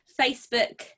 Facebook